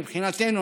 מבחינתנו,